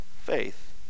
faith